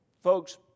folks